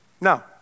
No